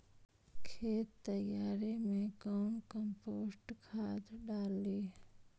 खेत तैयारी मे कौन कम्पोस्ट खाद डाली?